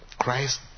Christ